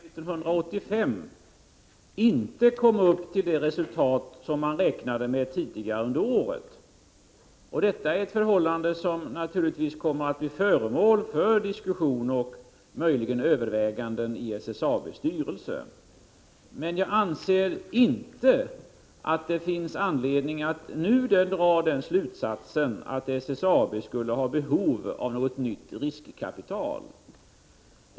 Fru talman! Jag är medveten om att SSAB för 1985 inte kom upp till det resultat som man hade räknat med tidigare under året. Det är ett förhållande som naturligtvis kommer att bli föremål för diskussioner och möjligen överväganden i SSAB:s styrelse. Men jag anser inte att det finns anledning att nu dra slutsatsen att SSAB skulle ha behov av något nytt riskkapital.